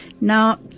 Now